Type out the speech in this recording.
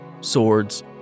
swords